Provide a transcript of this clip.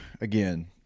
again